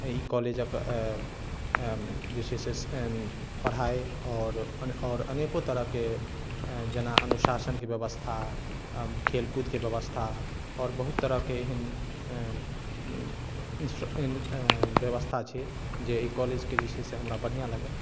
ई कॉलेजक जे छै से पढ़ाइ आओर अनेको तरहके जेना अनुशासनके व्यवस्था खेल कूदके व्यवस्था आओर बहुत तरहके एहन व्यवस्था छै जे अइ कॉलेजके जे छै से हमरा बढ़िआँ लागल